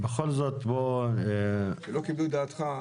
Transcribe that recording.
בכל זאת בואו נשב.